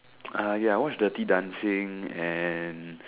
uh ya I watched dirty-dancing and